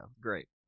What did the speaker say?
great